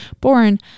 born